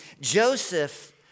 Joseph